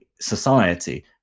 society